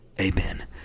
amen